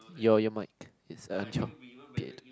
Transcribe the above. your your mic is uh jump did